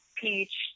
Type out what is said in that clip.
peach